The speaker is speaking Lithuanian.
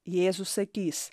jėzus sakys